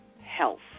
health